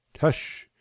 Tush